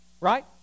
Right